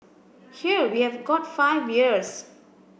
here we have got five years